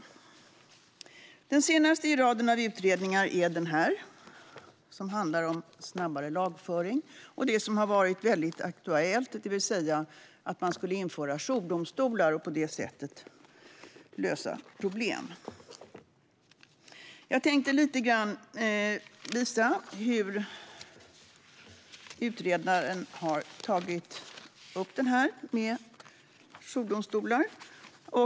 Den senaste i raden av utredningar handlar om snabbare lagföring. Något som har varit väldigt aktuellt är att man skulle införa jourdomstolar och på det sättet lösa problem. Jag tänkte visa lite grann hur utredaren Stefan Strömberg har tagit upp det här med jourdomstolar.